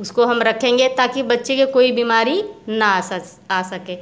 उसको हम रखेंगे ताकि बच्चे के कोई बीमारी न आ स आ सके